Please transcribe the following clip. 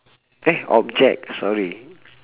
eh object sorry